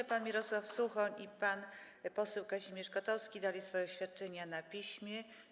Pan poseł Mirosław Suchoń i pan poseł Kazimierz Kotowski złożyli swoje oświadczenia na piśmie.